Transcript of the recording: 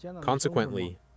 Consequently